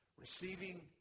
Receiving